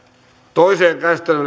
toiseen